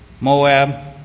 Moab